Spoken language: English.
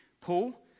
Paul